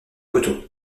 coteau